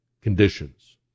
conditions